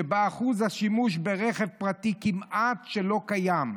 שבה אחוז השימוש ברכב פרטי כמעט שלא קיים.